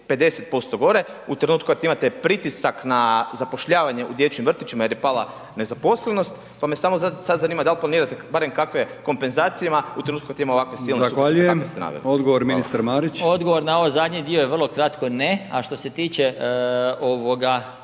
50% gore, u trenutku kad imate pritisak na zapošljavanje u dječjim vrtićima jer je pala nezaposlenost, pa me samo sad zanima dal planirate barem kakve kompenzacijama u trenutku kad ima ovakve silne …/Upadica: Zahvaljujem/… …/Govornik se ne razumije/…kako ste naveli.